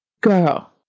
girl